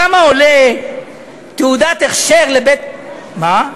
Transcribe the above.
כמה עולה תעודת הכשר לבית, מה?